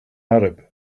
arab